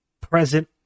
present